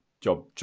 Job